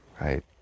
Right